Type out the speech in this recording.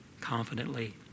confidently